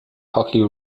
hockey